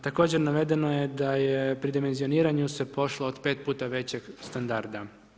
Također, navedeno je da je pri dimenzioniranju se pošlo od 5x većeg standarda.